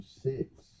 six